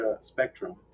spectrum